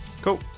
cool